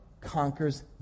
conquers